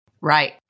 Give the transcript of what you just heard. Right